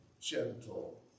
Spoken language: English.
gentle